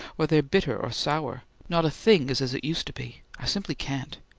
or they are bitter, or sour not a thing is as it used to be. i simply can't!